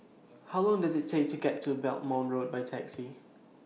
How Long Does IT Take to get to Belmont Road By Taxi